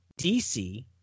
DC